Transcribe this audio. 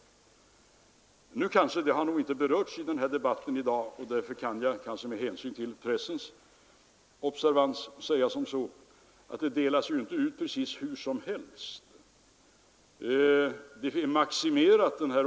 Detta har nog inte berörts tidigare i debatten i dag, och därför kan jag kanske, med hänsyn till pressens observans, säga att restitutionen ju inte delas ut precis hur som helst.